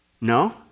No